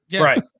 Right